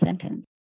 sentence